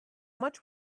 much